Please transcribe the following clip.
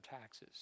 taxes